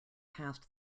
past